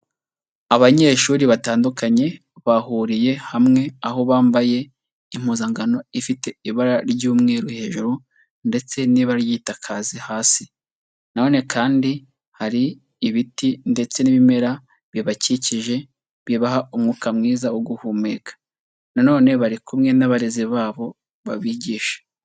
Abanyeshuri batandukanye bahuriye hamwe, aho bambaye impuzankano ifite ibara ry'umweru hejuru ndetse n'ibara ry'igitaka hasi, na none kandi hari ibiti ndetse n'ibimera bibakikije bibaha umwuka mwiza wo guhumeka, na none bari kumwe n'abarezi babo babigisha.